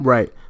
Right